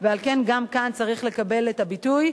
ועל כן, גם כאן צריך לקבל את הביטוי.